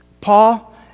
Paul